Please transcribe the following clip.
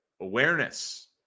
awareness